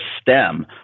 STEM